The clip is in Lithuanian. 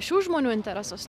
šių žmonių interesus